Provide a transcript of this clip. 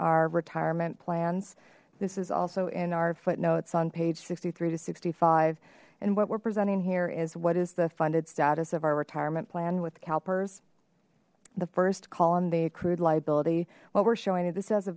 our retirement plans this is also in our footnotes on page sixty three to sixty five and what we're presenting here is what is the funded status of our retirement plan with calpers the first column they accrued liability what we're showing it this says